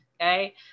okay